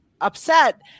upset